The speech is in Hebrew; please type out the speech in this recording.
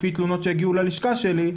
לפי תלונות שהגיעו ללשכה שלי,